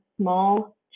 Small